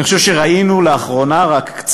אני חושב שראינו לאחרונה רק,